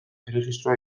erregistroa